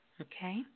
Okay